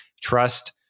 trust